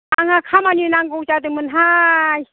आंहा खामानि नांगौ जादोंमोनहाय